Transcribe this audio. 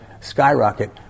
skyrocket